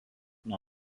nuo